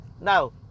Now